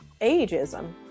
ageism